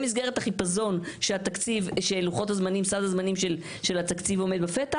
במסגרת החיפזון של סעד הזמנים של התקציב העומד בפתח?